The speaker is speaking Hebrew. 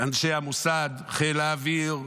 אנשי המוסד, חיל האוויר,